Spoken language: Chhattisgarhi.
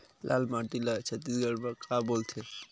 लाल माटी ला छत्तीसगढ़ी मा का बोलथे?